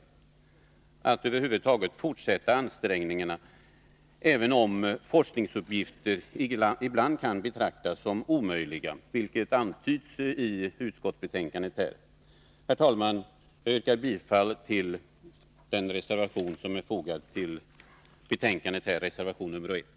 Vi måste över huvud taget fortsätta ansträngningarna, även om forskningsuppgifter ibland kan betraktas som omöjliga, vilket antyds i utskottsbetänkandet. Herr talman! Jag yrkar bifall till reservation 1.